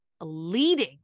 leading